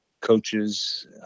coaches